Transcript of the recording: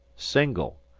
single,